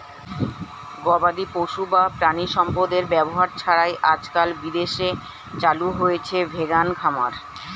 গবাদিপশু বা প্রাণিসম্পদের ব্যবহার ছাড়াই আজকাল বিদেশে চালু হয়েছে ভেগান খামার